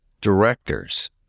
directors